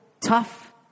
tough